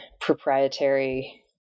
proprietary